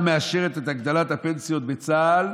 הממשלה מאשרת את הגדלת הפנסיות בצה"ל.